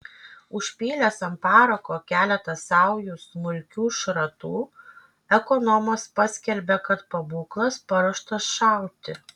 užpylęs ant parako keletą saujų smulkių šratų ekonomas paskelbė kad pabūklas paruoštas šauti